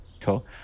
Cool